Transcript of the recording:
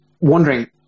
wondering